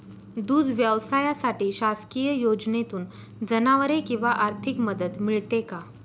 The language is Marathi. दूध व्यवसायासाठी शासकीय योजनेतून जनावरे किंवा आर्थिक मदत मिळते का?